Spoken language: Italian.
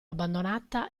abbandonata